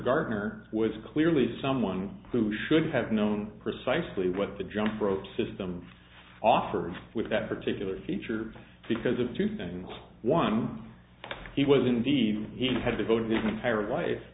gardner was clearly someone who should have known precisely what the jump rope system offered with that particular feature because of two things one he was indeed he had devoted an entire life